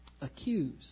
accused